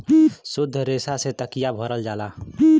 सुद्ध रेसा से तकिया भरल जाला